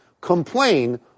complain